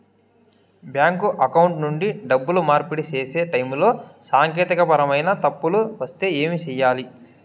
bank account నుండి డబ్బులు మార్పిడి సేసే టైములో సాంకేతికపరమైన తప్పులు వస్తే ఏమి సేయాలి